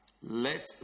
let